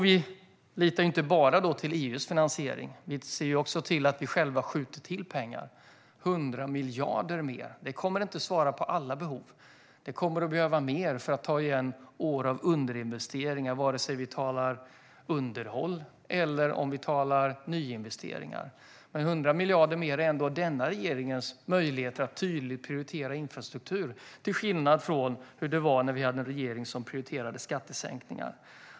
Vi litar inte bara till EU:s finansiering. Vi ser också till att själva skjuta till pengar, 100 miljarder mer. Det kommer inte att svara mot alla behov. Det kommer att behövas mer för att ta igen år av underinvesteringar, vare sig vi talar om underhåll eller nyinvesteringar. Men 100 miljarder mer är denna regerings möjlighet till tydlig prioritering av infrastruktur, till skillnad från hur det var när vi hade en regering som prioriterade skattesänkningar.